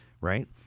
right